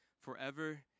forever